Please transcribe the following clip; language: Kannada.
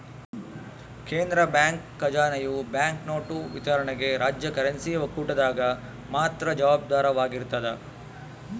ಕೇಂದ್ರ ಬ್ಯಾಂಕ್ ಖಜಾನೆಯು ಬ್ಯಾಂಕ್ನೋಟು ವಿತರಣೆಗೆ ರಾಜ್ಯ ಕರೆನ್ಸಿ ಒಕ್ಕೂಟದಾಗ ಮಾತ್ರ ಜವಾಬ್ದಾರವಾಗಿರ್ತದ